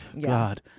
God